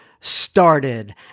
started